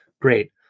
great